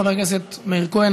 חבר הכנסת מאיר כהן.